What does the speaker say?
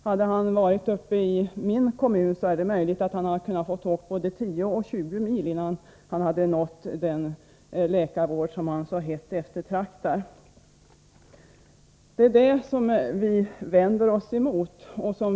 Hade Nils Carlshamre varit uppe i min hemkommun, är det möjligt att han hade fått åka både 10 och 20 mil innan han hade nått den läkarvård han så hett eftertraktade. Det är detta som vi vänder oss emot.